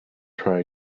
try